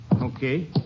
Okay